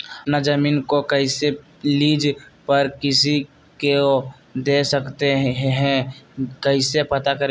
अपना जमीन को कैसे लीज पर किसी को दे सकते है कैसे पता करें?